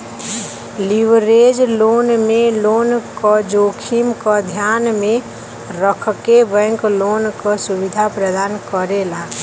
leverage loan में loan क जोखिम क ध्यान में रखके बैंक लोन क सुविधा प्रदान करेला